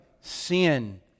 Sin